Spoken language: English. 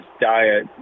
diet